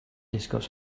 discuss